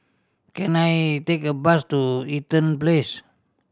can I take a bus to Eaton Place